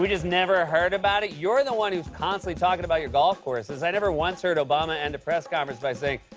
just never heard about it? you're the one who's constantly talking about your golf courses. i never once heard obama end a press conference by saying,